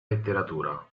letteratura